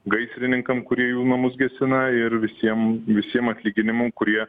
gaisrininkam kurie jų namus gesina ir visiem visiem atlyginimų kurie